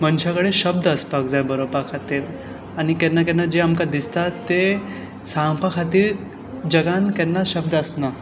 मनशा कडेन शब्द आसपाक जाय बरोवपा खातीर आनी केन्ना केन्ना जे आमकां दिसतां ते सांगपा खातीर जगान केन्ना शब्द आसना